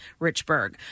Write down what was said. Richburg